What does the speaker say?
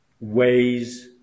ways